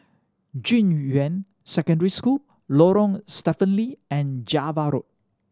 Junyuan Secondary School Lorong Stephen Lee and Java Road